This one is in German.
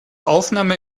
aufnahme